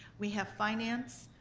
we have finance,